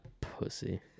pussy